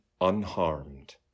unharmed